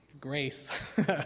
Grace